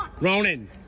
Ronan